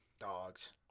dogs